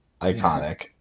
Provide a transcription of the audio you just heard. iconic